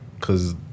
Cause